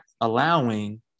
allowing